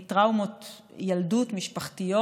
מטראומות ילדות משפחתיות.